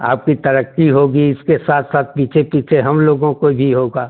आपकी तरक्की होगी इसके साथ साथ पीछे पीछे हम लोगों को भी होगा